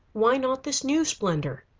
why not this new splendor?